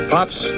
Pops